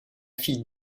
fille